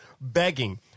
begging